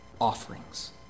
offerings